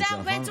השר בן צור,